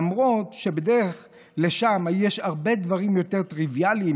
למרות שבדרך לשם יש הרבה דברים יותר טריוויאליים